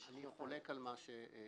אני חולק על מה שנאמר.